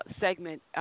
segment